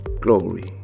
glory